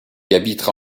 habitera